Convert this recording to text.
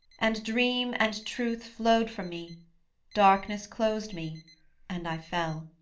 and dream and truth flowed from me darkness closed me and i fell.